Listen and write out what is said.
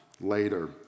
later